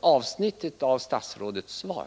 avsnittet av statsrådets svar.